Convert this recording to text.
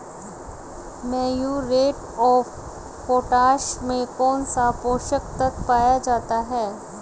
Muriate of potash में कौन सा पोषक तत्व पाया जाता है?